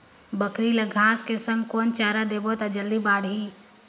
बकरी ल घांस के संग कौन चारा देबो त जल्दी बढाही?